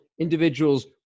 individuals